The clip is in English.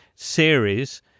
series